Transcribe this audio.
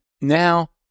now